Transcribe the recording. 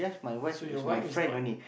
so your wife is not